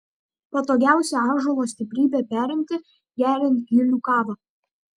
patogiausia ąžuolo stiprybę perimti geriant gilių kavą